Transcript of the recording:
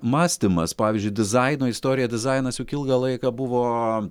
mąstymas pavyzdžiui dizaino istorija dizainas juk ilgą laiką buvo